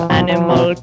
animal